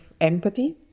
empathy